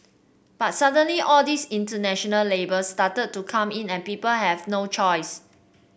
but suddenly all these international labels started to come in and people have no choice